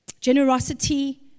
Generosity